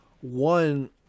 One